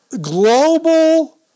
global